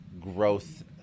growth